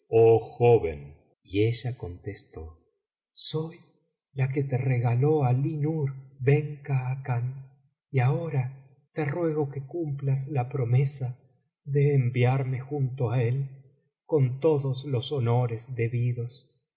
joven y ella contestó soy la que te regaló ali nur ben khacan y ahora te ruego que cumplas la promesa ele enviarme junto á él con todos los honores debidos y cuenta que